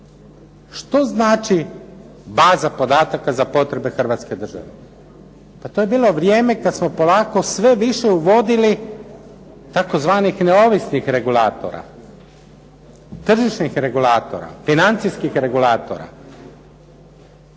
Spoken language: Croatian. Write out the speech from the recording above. Što znači baza podataka za potrebe hrvatske države? Pa to je bilo vrijeme kad smo polako sve više uvodili tzv. neovisnih regulatora, tržišnih regulatora, financijskih regulatora.